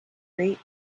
great